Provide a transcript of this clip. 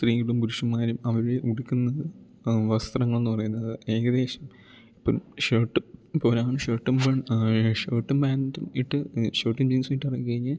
സ്ത്രീകളും പുരുഷന്മാരും അവര് ഉടുക്കുന്നത് വസ്ത്രങ്ങൾ എന്ന് പറയുന്നത് ഏകദേശം ഇപ്പം ഷർട്ട് പോരാ ഷർട്ടും വേ ആ ഷർട്ടും പാന്റും ഇട്ട് ഷർട്ടും ജീന്സും ഇട്ടിറങ്ങി കഴിഞ്ഞ്